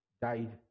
died